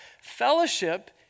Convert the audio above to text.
Fellowship